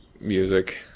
music